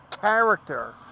character